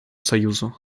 союзу